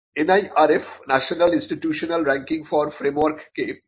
NIRF national institutional ranking for ফ্রেমওয়ার্ককে বোঝায়